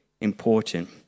important